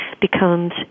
becomes